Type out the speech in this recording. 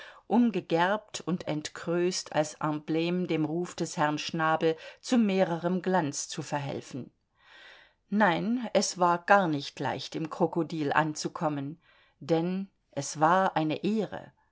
um gegerbt und entkröst als emblem dem ruf des herrn schnabel zu mehrerem glanz zu verhelfen nein es war gar nicht leicht im krokodil anzukommen denn es war eine ehre